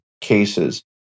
cases